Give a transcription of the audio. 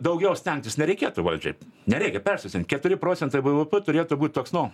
daugiau stengtis nereikėtų valdžiai nereikia persistengt keturi procentai bvp turėtų būt toks nu